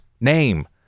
name